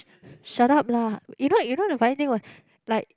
shut up lah you know you know the funny thing was like